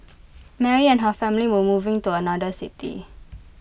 Mary and her family were moving to another city